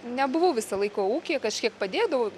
nebuvau visą laiką ūkyje kažkiek padėdavau